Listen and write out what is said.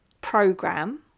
program